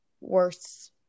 worse